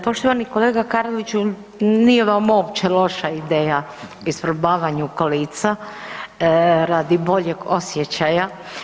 Poštovani kolega Karliću nije vam uopće loša ideja isprobavanju kolica radi boljeg osjećaja.